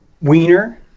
Wiener